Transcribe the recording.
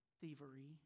Thievery